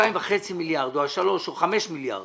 2.5 מיליארד או 3 מיליארד או 5 מיליארד